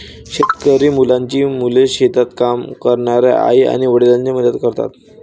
शेतकरी मुलांची मुले शेतात काम करणाऱ्या आई आणि वडिलांना मदत करतात